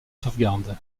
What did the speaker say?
sauvegarde